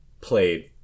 played